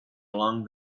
along